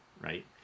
right